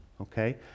okay